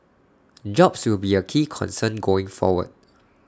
jobs will be A key concern going forward